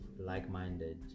like-minded